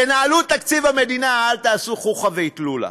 תנהלו את תקציב המדינה, אל תעשו חוכא ואטלולא.